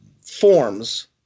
forms